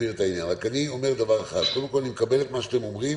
קודם כל, אני מקבל את מה שאתם אומרים